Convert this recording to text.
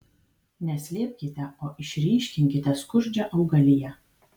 ne slėpkite o išryškinkite skurdžią augaliją